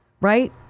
right